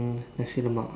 Nasi-Lemak